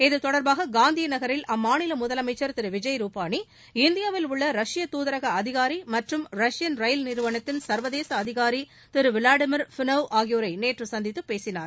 இது தொடர்பாக காந்தி நகரில் அம்மாநில முதலமைச்சர் திரு விஜய் ரூபானி இந்தியாவில் உள்ள ரஷ்ய தூதரக அதிகாரி மற்றும் ரஷ்யன் ரயில் நிறுவனத்தின் சர்வதேச அதிகாரி திரு விளாடிமீர் ஃபினவ் ஆகியோரை நேற்று சந்தித்து பேசினார்